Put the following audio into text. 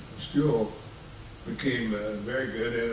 school became very good,